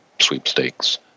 Sweepstakes